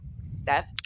Steph